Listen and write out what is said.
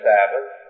Sabbath